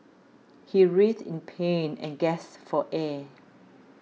he writhed in pain and gasped for air